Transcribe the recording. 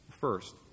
First